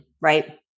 Right